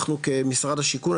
אנחנו כמשרד השיכון,